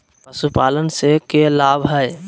पशुपालन से के लाभ हय?